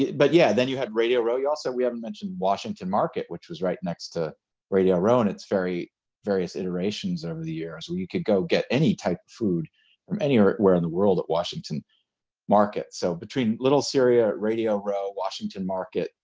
but yeah then you had radio row, you also we haven't mentioned washington market, which was right next to radio row, and it's very various iterations over the years. we could go get any type food from anywhere in the world at washington market. so between little syria, radio row, washington market,